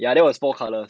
ya that was four colour